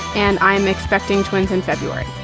and i'm expecting twins in february.